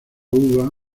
uva